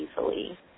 easily